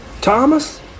Thomas